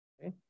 Okay